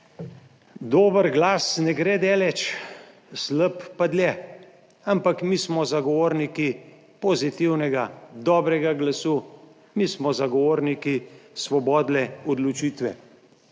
dober glas ne gre daleč, slab pa dlje. Ampak mi smo zagovorniki pozitivnega dobrega glasu, mi smo zagovorniki svobodne odločitve.